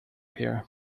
here